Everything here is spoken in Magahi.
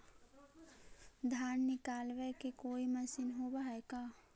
धान निकालबे के कोई मशीन होब है का?